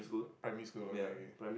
primary school okay okay